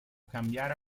cambiare